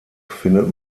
findet